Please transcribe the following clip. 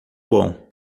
bom